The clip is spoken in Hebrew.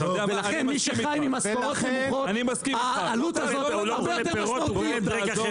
ולכן מי שחי ממשכורות נמוכות העלות הזאת הרבה יותר משמעותית.